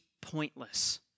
pointless